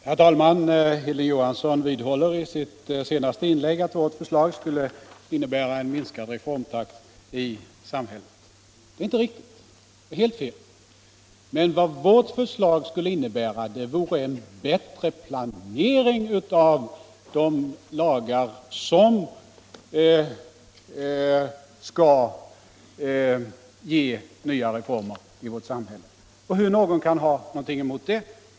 Herr talman! Hilding Johansson vidhåller i sitt senaste inlägg att vårt förslag skulle innebära en minskad reformtakt i samhället. Det är helt fel. Men vad vårt förslag skulle innebära är en bättre planering av de lagar som skall ge nya reformer. Hur kan någon ha någonting emot det?